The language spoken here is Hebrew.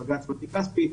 בג"ץ מתי כספי,